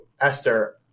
Esther